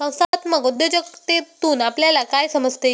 संस्थात्मक उद्योजकतेतून आपल्याला काय समजते?